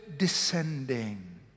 descending